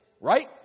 right